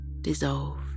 dissolve